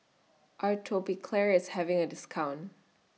Atopiclair IS having A discount